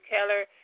Keller